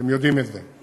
אתם יודעים את זה.